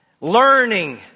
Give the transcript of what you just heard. Learning